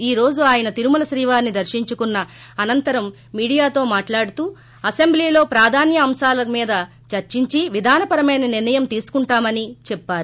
ఈ రోజు ఆయన తిరుమల శ్రీవారిని దర్శించుకున్న అనంతరం మీడియాతో మాట్లాడుతూ అసెంబ్లీలో ప్రాధాన్య అంశాల మీద చర్చించి విధాన పరమైన నిర్ణయం తీసుకుంటామని చెప్పారు